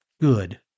good